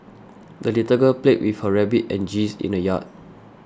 the little girl played with her rabbit and geese in the yard